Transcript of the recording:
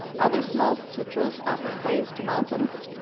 other small sutras offer praise to mountains,